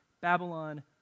Babylon